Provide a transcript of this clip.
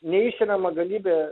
neišsemiama galybė